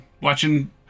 watching